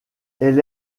elle